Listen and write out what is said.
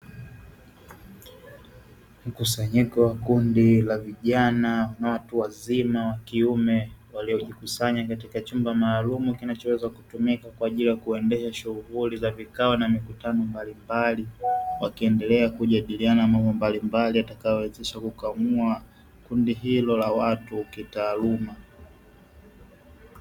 Mkusanyiko wa kundi la vijana watu wazima wakiume na wa kike waliojikusanya katika chumba maalumu kinachoweza kutumika kwa ajili ya kuendesha mikutano na vikao mbalimbali wakiendelea kujadiliana mambo mbalimbali yatakayoweza kukwamua kundi hilo la watu kitaaluma.